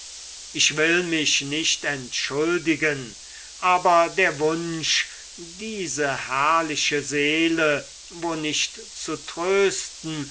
ich will mich nicht entschuldigen aber der wunsch diese herrliche seele wo nicht zu trösten